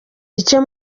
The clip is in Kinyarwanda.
icyo